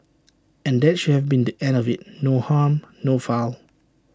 and that should have been the end of IT no harm no foul